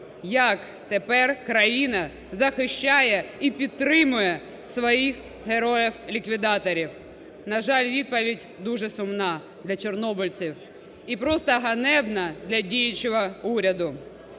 як тепер країна захищає і підтримує своїх героїв-ліквідаторів. На жаль, відповідь дуже сумна для чорнобильців і просто ганебна для діючого уряду.